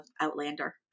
Outlander